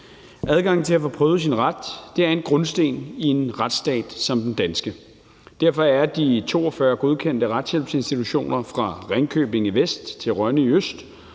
Adgangen til at få prøvet sin ret er en grundsten i en retsstat som den danske. Derfor er de 42 godkendte retshjælpsinstitutioner fra Ringkøbing i vest til Rønne i øst